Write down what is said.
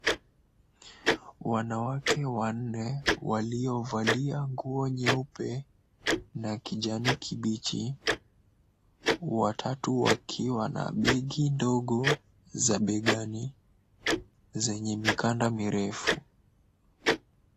Wanawake wanne waliovalia nguo nyeupe na kijani kibichi. Watatu wakiwa na begi ndogo za begani zenye mikanda mirefu.